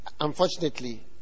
unfortunately